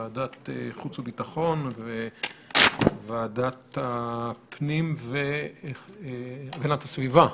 ועדת החוץ והביטחון וועדת הפנים והגנת הסביבה,